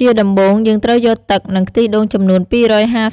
ជាដំបូង យើងត្រូវយកទឹក និងខ្ទិះដូងចំនួន២៥